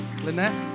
Lynette